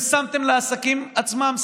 שאתם שמתם לעסקים עצמם.